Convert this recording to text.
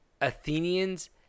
Athenians